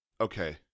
Okay